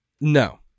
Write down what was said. No